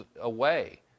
away